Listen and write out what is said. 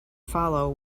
follow